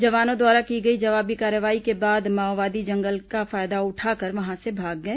जवानों द्वारा की गई जवाबी कार्रवाई के बाद माओवादी जंगल का फायदा उठाकर वहां से भाग गए